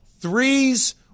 threes